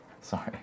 Sorry